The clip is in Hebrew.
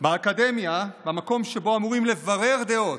באקדמיה, במקום שבו אמורים לברר דעות,